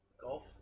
Golf